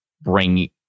bring